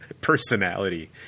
personality